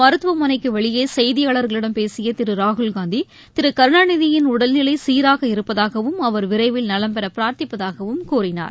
மருத்துவமனைக்கு வெளியே செய்தியாளர்களிடம் பேசிய திரு ராகுல்காந்தி திரு கருணாநிதியின் உடல்நிலை சீராக இருப்பதாகவும் அவர் விரைவில் நலம் பெற பிரார்த்திப்பதாகவும் கூறினார்